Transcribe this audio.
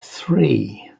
three